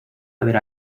haber